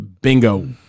Bingo